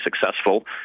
successful